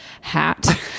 hat